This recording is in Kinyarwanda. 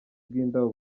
bw’indabo